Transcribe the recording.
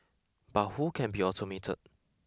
but who can be automated